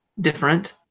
different